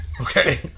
Okay